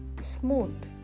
smooth